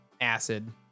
acid